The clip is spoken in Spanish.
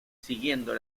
siguiendo